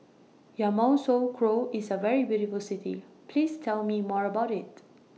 Yamoussoukro IS A very beautiful City Please Tell Me More about IT